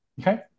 Okay